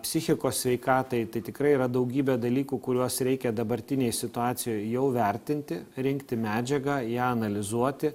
psichikos sveikatai tai tikrai yra daugybė dalykų kuriuos reikia dabartinėj situacijoj jau vertinti rinkti medžiagą ją analizuoti